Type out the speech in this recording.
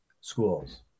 schools